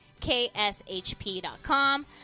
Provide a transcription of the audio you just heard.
kshp.com